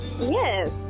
Yes